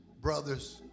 brothers